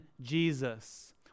Jesus